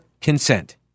consent